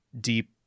deep